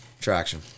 Traction